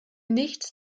nichts